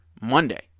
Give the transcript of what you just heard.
Monday